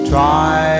Try